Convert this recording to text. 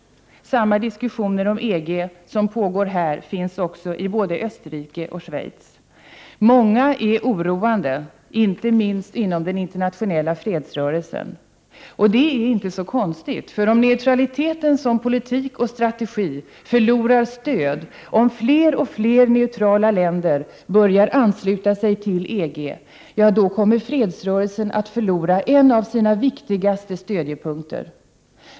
Samma diskussioner om EG som pågår här pågår också i både Österrike och Schweiz. Många är oroade, inte minst inom den internationella fredsrörelsen. Och det är inte konstigt. Om neutraliteten som politik och strategi förlorar stöd, om fler och fler neutrala länder börjar ansluta sig till EG, då kommer nämligen fredsrörelsen att förlora en av sina viktigaste stödjepunkter.